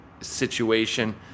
situation